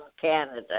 Canada